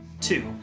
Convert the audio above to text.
Two